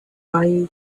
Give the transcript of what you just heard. release